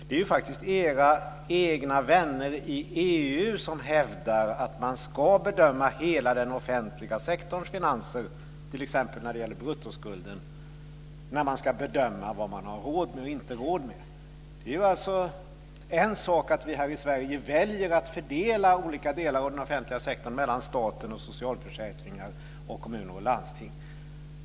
Det är faktiskt era egna vänner i EU som hävdar att man ska bedöma hela den offentliga sektorns finanser, t.ex. när det gäller bruttoskulden, när man ska bedöma vad man har råd med och inte råd med. Det är en sak att vi här i Sverige väljer att fördela olika delar av den offentliga sektorn mellan staten och socialförsäkringar, och kommuner och landsting.